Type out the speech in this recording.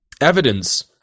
evidence